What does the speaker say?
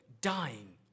dying